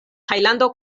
tajlando